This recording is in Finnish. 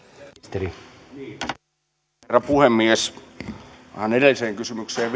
arvoisa herra puhemies edelliseen kysymykseen